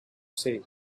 say